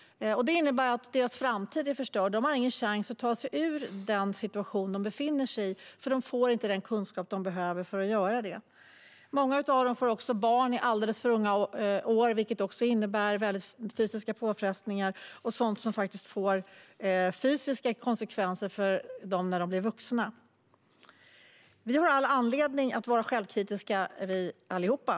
Det innebär att deras framtid är förstörd. De har ingen chans att ta sig ur den situation de befinner sig i eftersom de inte får den kunskap de behöver för att göra det. Många av dem får barn i alldeles för unga år, vilket också innebär fysiska påfrestningar och ger fysiska konsekvenser för dem när de blir vuxna. Vi har alla anledning att vara självkritiska.